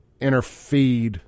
interfere